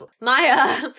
Maya